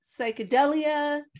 psychedelia